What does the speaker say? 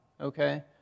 Okay